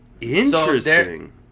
Interesting